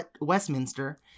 Westminster